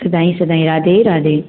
सदाई सदाई राधे राधे